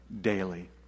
daily